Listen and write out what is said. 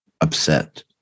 upset